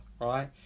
right